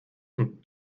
und